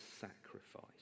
sacrifice